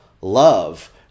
love